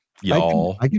y'all